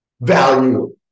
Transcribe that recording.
value